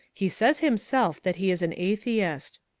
he says himself that he is an atheist.